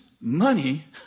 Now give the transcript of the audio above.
money